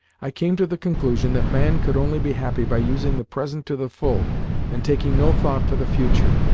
i came to the conclusion that man could only be happy by using the present to the full and taking no thought for the future.